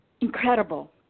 incredible